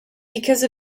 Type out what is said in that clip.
because